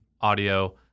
audio